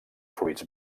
fruits